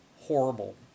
horrible